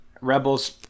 rebels